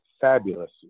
fabulous